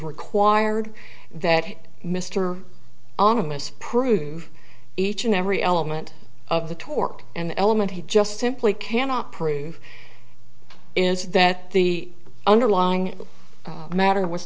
required that mr amiss prove each and every element of the tort an element he just simply cannot prove is that the underlying matter was